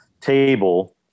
table